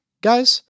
Guys